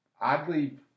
oddly